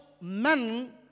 men